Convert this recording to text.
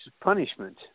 punishment